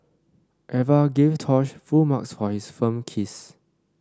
Eva gave Tosh full marks for his firm kiss